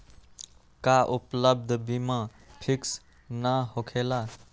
का उपलब्ध बीमा फिक्स न होकेला?